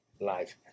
Live